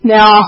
Now